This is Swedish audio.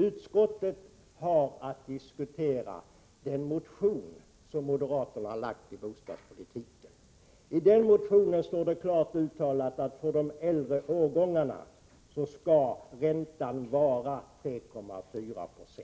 Utskottet har haft att diskutera den motion som moderaterna har väckt om bostadspolitiken. I denna står det klart uttalat att räntan för de äldre årgångarna skall vara 3,4 Zo.